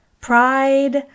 pride